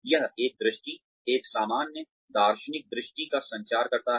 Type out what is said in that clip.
यह एक दृष्टि एक सामान्य दार्शनिक दृष्टि का संचार करता है